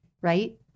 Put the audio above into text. Right